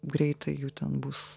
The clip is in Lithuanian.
greitai jų ten bus